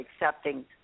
accepting